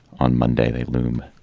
on monday, they loom.